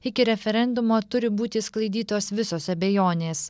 iki referendumo turi būti išsklaidytos visos abejonės